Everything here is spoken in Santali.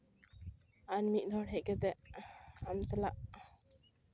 ᱟᱨ ᱢᱤᱫ ᱦᱚᱲ ᱦᱮᱡ ᱠᱟᱛᱮ ᱟᱢ ᱥᱟᱞᱟᱜ